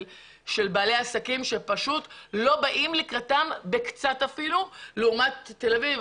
של בעלי העסקים שפשוט לא באים לקראתם אפילו לא קצת לעומת תל אביב,